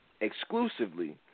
exclusively